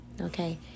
Okay